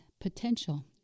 potential